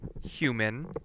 human